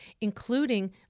including